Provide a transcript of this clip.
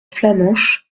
flamenche